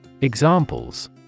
Examples